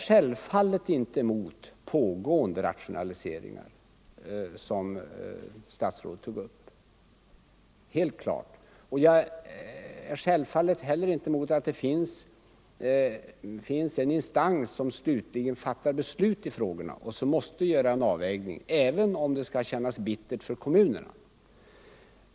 Självfallet har jag ingenting emot pågående rationaliseringar av det slag som statsrådet här nämnde, och naturligtvis har jag heller ingenting emot att det finns en instans som fattar avgörande beslut i en fråga och som måste göra avvägningar, även om resultatet känns bittert för kommunerna.